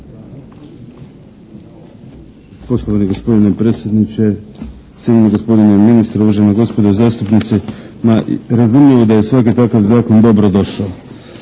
Poštovani gospodine predsjedniče, cijenjeni gospodine ministre, uvažena gospodo zastupnici. Ma razumljivo da je svaki takav zakon dobrodošao.